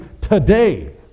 today